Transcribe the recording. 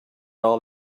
all